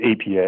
APA